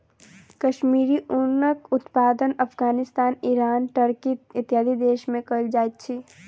कश्मीरी ऊनक उत्पादन Afghanistan, Iran, Turkey, इत्यादि देश में कयल जाइत अछि